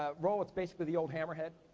ah roll what's basically the old hammerhead,